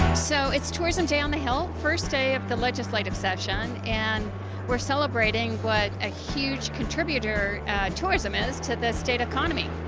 so its tourism day on the hill first day of the legislative session and we are celebrating what a huge contributor what tourism is to the state economy.